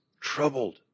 troubled